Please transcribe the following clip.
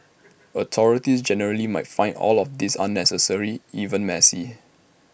authorities generally might find all of this unnecessary even messy